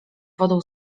wodą